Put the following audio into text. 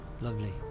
Lovely